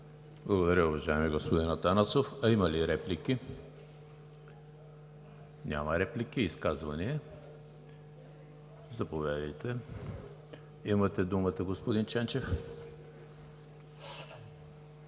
Благодаря, уважаеми господин Атанасов. Има ли реплики? Няма. Изказвания? Заповядайте, имате думата, господин Ченчев.